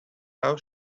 how